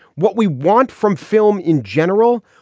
what we want from film in general.